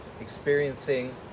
experiencing